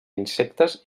insectes